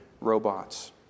robots